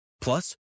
Plus